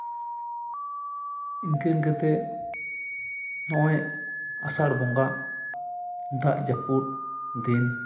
ᱤᱱᱠᱟᱹ ᱤᱱᱠᱟᱹᱛᱮ ᱱᱚᱜᱼᱚᱭ ᱟᱥᱟᱲ ᱵᱚᱸᱜᱟ ᱫᱟᱜ ᱡᱟᱹᱯᱩᱫ ᱫᱤᱱ